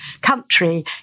country